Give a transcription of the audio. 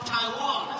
Taiwan